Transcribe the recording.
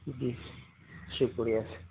جی شکریہ